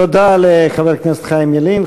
תודה לחבר הכנסת חיים ילין.